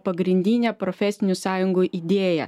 pagrindinė profesinių sąjungų idėja